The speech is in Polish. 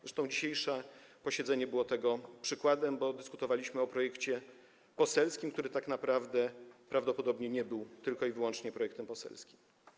Zresztą dzisiejsze posiedzenie było tego przykładem, bo dyskutowaliśmy o projekcie poselskim, który tak naprawdę prawdopodobnie nie był tylko i wyłącznie projektem poselskim.